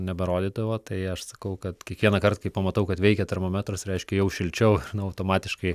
neberodydavo tai aš sakau kad kiekvienąkart kai pamatau kad veikia termometras reiškia jau šilčiau automatiškai